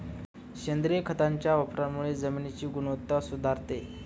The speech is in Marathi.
सेंद्रिय खताच्या वापरामुळे जमिनीची गुणवत्ता सुधारते